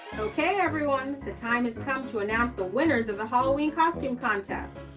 okay everyone, the time has come to announce the winners of the halloween costume contest.